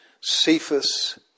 Cephas